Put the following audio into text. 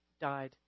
died